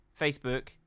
Facebook